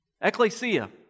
Ecclesia